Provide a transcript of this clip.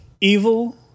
Evil